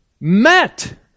met